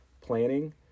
planning